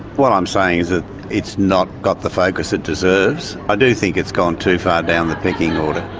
what i'm saying is that it's not got the focus it deserves. i do think it's gone too far down the pecking order.